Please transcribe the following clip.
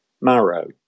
marrow